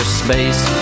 space